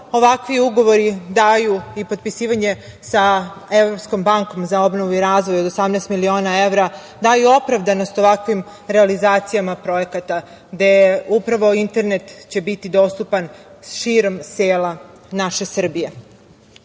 ovakvi ugovori daju i potpisivanje sa Evropskom bankom za obnovu i razvoj od 18 miliona evra, daju opravdanost ovakvim realizacijama projekata gde će upravo internet biti dostupan širom sela naše Srbije. Tokom